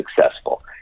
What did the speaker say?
successful